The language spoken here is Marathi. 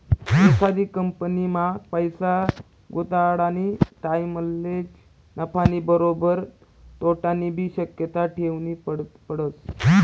एखादी कंपनीमा पैसा गुताडानी टाईमलेच नफानी बरोबर तोटानीबी शक्यता ठेवनी पडस